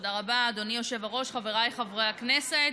חברת הכנסת